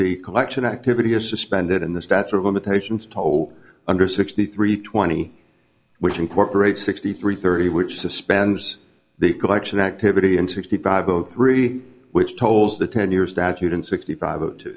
the collection activity is suspended in the statute of limitations toll under sixty three twenty which incorporates sixty three thirty which suspends the collection activity and sixty five zero three which tolls the ten years statute in sixty five